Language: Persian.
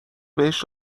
بهش